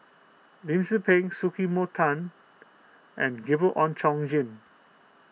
Lim Tze Peng Sumiko Tan and Gabriel Oon Chong Jin